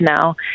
now